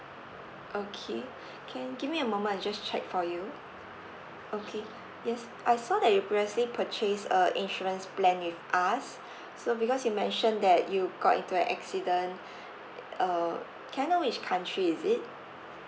okay can give me a moment I just check for you okay yes I saw that you previously purchased uh insurance plan with us so because you mention that you got into an accident uh can I know which country is it